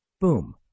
Boom